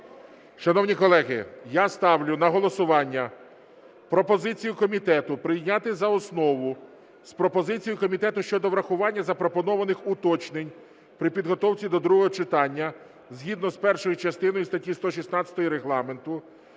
Шановні колеги, я ставлю на голосування пропозицію комітету прийняти за основу з пропозицією комітету щодо врахування запропонованих уточнень при підготовці до другого читання згідно з першою частиною статті 116 Регламенту